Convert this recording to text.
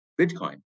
Bitcoin